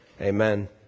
Amen